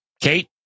Kate